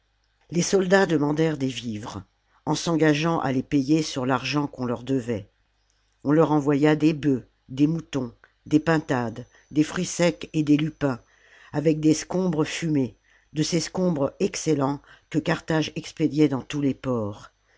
les soldats demandèrent des vivres en s'engageant à les payer sur l'argent qu'on leur devait on leur envoya des bœufs des moutons des pintades des fruits secs et des lupins avec des scombres fumés de ces scombres excellents que carthage expédiait dans tous les ports